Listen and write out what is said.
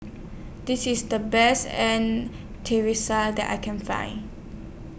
This IS The Best An that I Can Find